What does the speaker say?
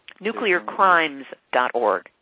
Nuclearcrimes.org